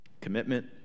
Commitment